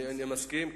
אני מסכים,